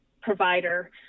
provider